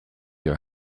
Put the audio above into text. your